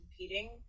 competing